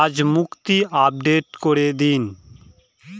আজ মুক্তি আপডেট করে দিন